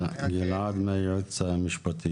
גלעד מהיועמ"ש.